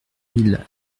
mille